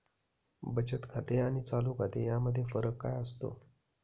बचत खाते आणि चालू खाते यामध्ये फरक काय असतो?